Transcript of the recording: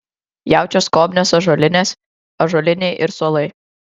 jaučio skobnios ąžuolinės ąžuoliniai ir suolai